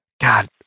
God